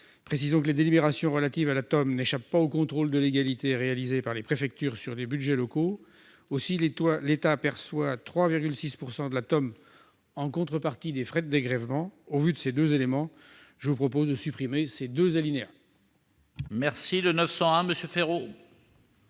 Par ailleurs, les délibérations relatives à la TEOM n'échappent pas au contrôle de légalité réalisé par les préfectures sur les budgets locaux. De plus, l'État perçoit 3,6 % de la TEOM en contrepartie des frais de dégrèvement. Eu égard à ces deux éléments, je propose de supprimer les alinéas